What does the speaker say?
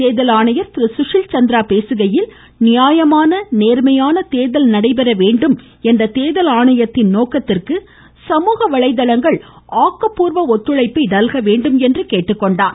தேர்தல் ஆணையர் திரு சுஷில் சந்திரா பேசுகையில் நியாயமான நேர்மையான தேர்தல் நடைபெற வேண்டும் என்ற தேர்தல் நோக்கத்திற்கு சமூக வலைதளங்கள் ஆக்கபூர்வமான ஒத்துழைப்பு வழங்கவேண்டும் என்றும் கேட்டுக்கொண்டார்